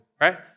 right